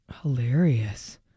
Hilarious